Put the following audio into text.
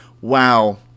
Wow